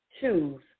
choose